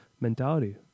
mentality